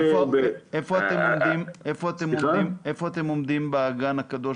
איפה אתם עומדים באגן הקדוש,